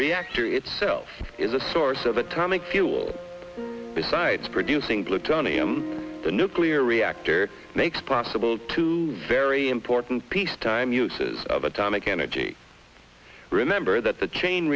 reactor itself is a source of atomic fuel besides producing plutonium the nuclear reactor makes possible two very important peacetime uses of atomic energy remember that the chain